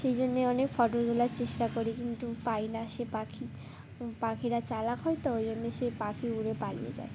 সেই জন্যে অনেক ফটো তোলার চেষ্টা করি কিন্তু পাই না সে পাখি পাখিরা চালাক হয় তো ওই জন্যে সেই পাখি উড়ে পালিয়ে যায়